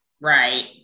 Right